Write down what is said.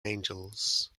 angels